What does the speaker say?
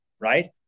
right